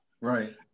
Right